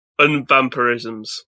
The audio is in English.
unvampirisms